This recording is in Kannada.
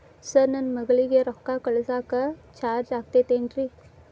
ಸರ್ ನನ್ನ ಮಗಳಗಿ ರೊಕ್ಕ ಕಳಿಸಾಕ್ ಚಾರ್ಜ್ ಆಗತೈತೇನ್ರಿ?